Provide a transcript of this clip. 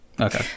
Okay